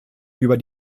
über